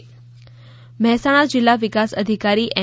Mehsana corona Mehsana જીલ્લા વિકાસ અધિકારી એમ